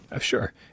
sure